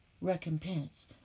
recompense